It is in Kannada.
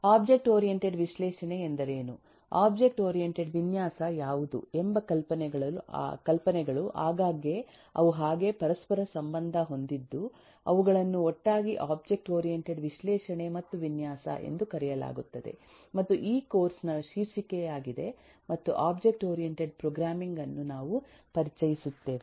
ಒಬ್ಜೆಕ್ಟ್ ಓರಿಯಂಟೆಡ್ ವಿಶ್ಲೇಷಣೆ ಎಂದರೇನು ಒಬ್ಜೆಕ್ಟ್ ಓರಿಯಂಟೆಡ್ ವಿನ್ಯಾಸ ಯಾವುದು ಎಂಬ ಕಲ್ಪನೆಗಳು ಆಗಾಗ್ಗೆ ಅವು ಹಾಗೆ ಪರಸ್ಪರ ಸಂಬಂಧ ಹೊಂದಿದ್ದು ಅವುಗಳನ್ನು ಒಟ್ಟಾಗಿ ಒಬ್ಜೆಕ್ಟ್ ಓರಿಯೆಂಟೆಡ್ ವಿಶ್ಲೇಷಣೆ ಮತ್ತು ವಿನ್ಯಾಸ ಎಂದು ಕರೆಯಲಾಗುತ್ತದೆ ಮತ್ತು ಈ ಕೋರ್ಸ್ ನ ಶೀರ್ಷಿಕೆಯಾಗಿದೆ ಮತ್ತು ಒಬ್ಜೆಕ್ಟ್ ಓರಿಯೆಂಟೆಡ್ ಪ್ರೋಗ್ರಾಮಿಂಗ್ ಅನ್ನು ನಾವು ಪರಿಚಯಿಸುತ್ತೇವೆ